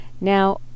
now